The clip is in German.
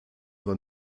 war